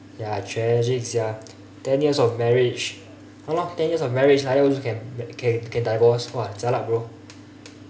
ya tragic sia ten years of marriage ya lor ten years of marriage like that also can can can divorce !wah! jialat bro